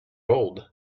old